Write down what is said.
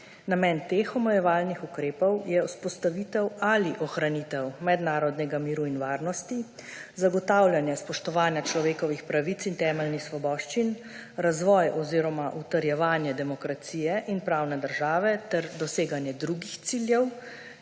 Namen teh omejevalnih ukrepov je vzpostavitev ali ohranitev mednarodnega miru in varnosti, zagotavljanje spoštovanja človekovih pravic in temeljnih svoboščin, razvoj oziroma utrjevanje demokracije in pravne države ter doseganje drugih ciljev